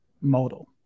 model